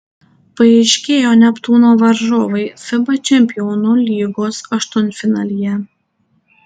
paaiškėjo neptūno varžovai fiba čempionų lygos aštuntfinalyje